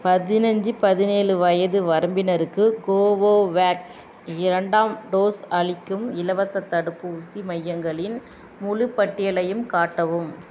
பதினஞ்சி பதினேழு வயது வரம்பினருக்கு கோவோவேக்ஸ் இரண்டாம் டோஸ் அளிக்கும் இலவசத் தடுப்பூசி மையங்களின் முழுப் பட்டியலையும் காட்டவும்